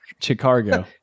chicago